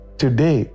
today